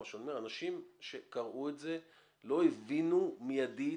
אני אומר אנשים שקראו את זה לא הבינו מיידית